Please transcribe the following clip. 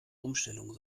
umstellung